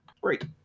great